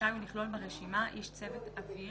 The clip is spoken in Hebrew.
ורשאי הוא לכלול ברשימה איש צוות אוויר